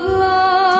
love